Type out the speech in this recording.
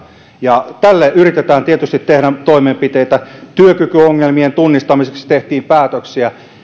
ja tälle yritetään tietysti tehdä toimenpiteitä työkykyongelmien tunnistamiseksi tehtiin päätöksiä